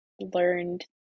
learned